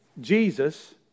Jesus